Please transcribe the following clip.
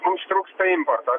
mums trūksta importo